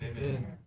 Amen